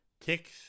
Ticks